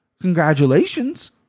Congratulations